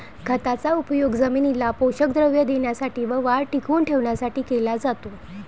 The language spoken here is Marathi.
खताचा उपयोग जमिनीला पोषक द्रव्ये देण्यासाठी व वाढ टिकवून ठेवण्यासाठी केला जातो